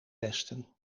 westen